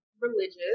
religious